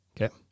Okay